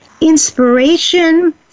inspiration